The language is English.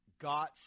got